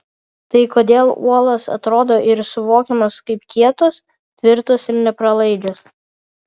tai kodėl uolos atrodo ir suvokiamos kaip kietos tvirtos ir nepralaidžios